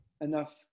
enough